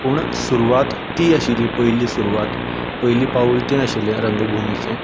पूण सुरवात ती आशिल्ली पयलीं सुरवात पयलीं पावूल तें आशिल्लें रंगभुमीचें